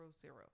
zero